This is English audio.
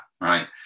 right